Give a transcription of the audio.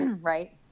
Right